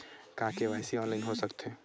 का KYC online हो सकथे?